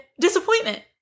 disappointment